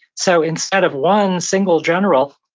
so instead of one single general,